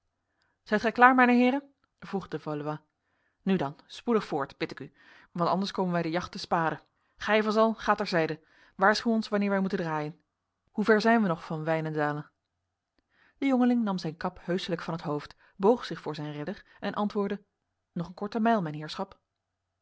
zijt gij klaar mijne heren vroeg de valois nu dan spoedig voort bid ik u want anders komen wij de jacht te spade gij vazal ga ter zijde waarschuw ons wanneer wij moeten draaien hoe ver zijn wij nog van wijnendale de jongeling nam zijn kap heuselijk van het hoofd boog zich voor zijn redder en antwoordde nog een korte mijl mijn heerschap